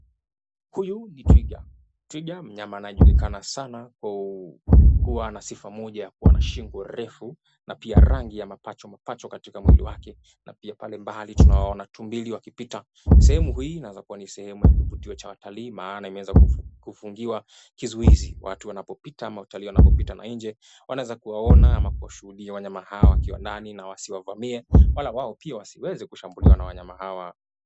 Huyu ni twiga twiga mnyama anaejulikana sana kwa kukua na sifa moja ya kua na shingo refu na pia rangi ya mapachomapacho katika mwili wake na pia pale mbali tunawaona tumbili wakipita sehemu hii inaweza kua ni sehemu ya kuvutia cha watalii maana imeweza kufungiwa kizuizi watu wanapopita ama watalii wanapopita na nje wanaeza kuwaona ama kuwashuhudia wanyama hawa wakiwa ndani na wasiwavamie wala wao pia wasiweze kushambuliwa na wanyama hawa.